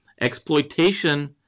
exploitation